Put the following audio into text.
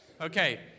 Okay